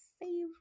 favorite